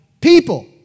People